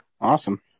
awesome